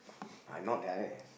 I not direct